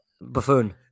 Buffoon